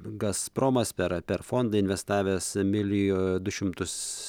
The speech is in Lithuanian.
gazpromas per per fondą investavęs milijo du šimtus